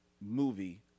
movie